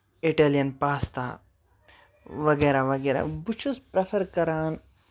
Italian pasta وغیرہ وغیرہ بہٕ چُھس پریفر کران